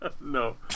No